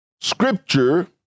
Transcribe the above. scripture